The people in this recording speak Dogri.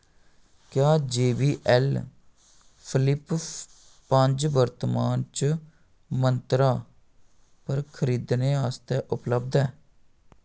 क्या जे बी ऐल्ल फ्लिप पंज वर्तमान च मंत्रा पर खरीदने आस्तै उपलब्ध ऐ